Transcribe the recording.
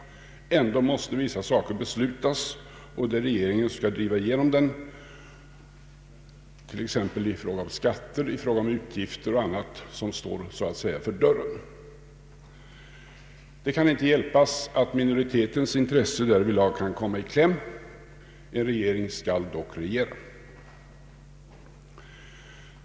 Ändå måste vissa saker beslutas och drivas igenom av regeringen, t.ex. i fråga om skatter, utgifter och annat som står så att säga för dörren. Det kan inte undvikas att minoritetens intresse därvidlag kan komma i kläm. En regering skall dock regera.